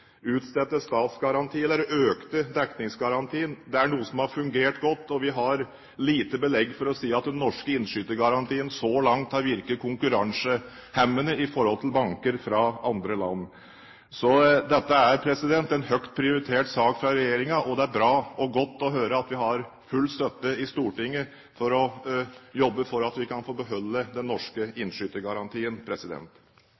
eller økte dekningsgarantien. Det er noe som har fungert godt, og vi har lite belegg for å si at den norske innskytergarantien så langt har virket konkurransehemmende i forhold til banker i andre land. Så dette er en høyt prioritert sak fra regjeringen, og det er bra og godt å høre at vi har full støtte i Stortinget for å jobbe for at vi kan få beholde den norske